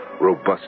robust